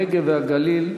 הנגב והגליל,